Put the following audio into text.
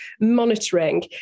monitoring